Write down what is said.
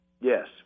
Yes